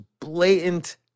blatant